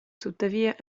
tuttavia